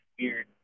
weird